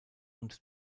und